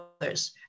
others